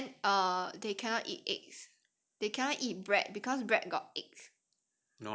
then err they cannot eat eggs they cannot eat bread because bread got eggs